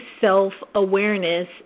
self-awareness